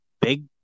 big